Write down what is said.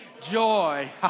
joy